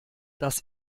das